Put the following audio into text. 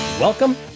Welcome